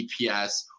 EPS